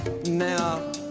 now